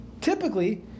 typically